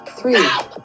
Three